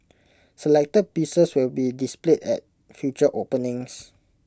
selected pieces will be displayed at future openings